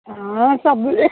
ହଁ ଏସବୁ